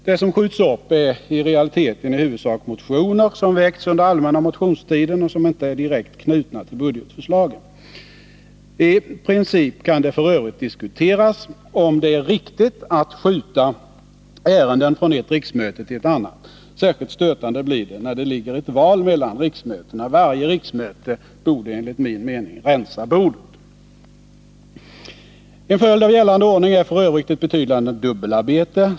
Det som skjuts upp är i realiteten i huvudsak motioner som väckts under allmänna motionstiden och som inte är direkt knutna till budgetförslagen. I princip kan det f. ö. diskuteras om det är riktigt att skjuta ärenden från ett riksmöte till ett annat. Särskilt stötande blir det när det ligger ett val mellan riksmötena. Varje riksmöte borde enligt min mening rensa bordet. En följd av den gällande ordningen är f. ö. ett betydande dubbelarbete.